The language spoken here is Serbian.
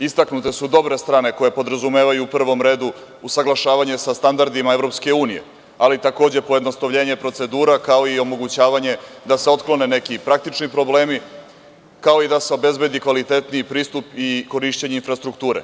Istaknute su dobre strane koje podrazumevaju u prvom redu usaglašavanje sa standardima EU, ali takođe i pojednostavljenje procedura, kao i omogućavanje da se otklone neki praktični problemi, kao i da se obezbedi kvalitetniji pristup i korišćenje infrastrukture.